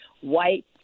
white